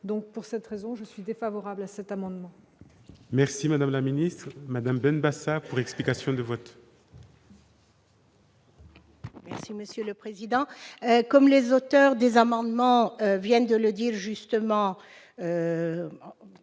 donc pour cette raison, je suis défavorable à cet amendement. Merci madame la ministre madame Ben Basat pour explication de vote. Monsieur le président, comme les auteurs des amendements viennent de le dire, justement,